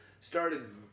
Started